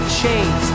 chains